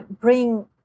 bring